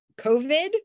COVID